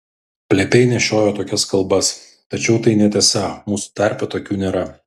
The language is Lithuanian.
plepiai nešiojo tokias kalbas tačiau tai netiesa mūsų tarpe tokių nėra